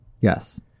Yes